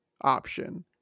option